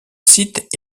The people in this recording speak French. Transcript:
site